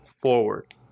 forward